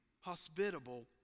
hospitable